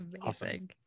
Awesome